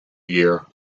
year